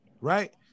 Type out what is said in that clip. right